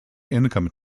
income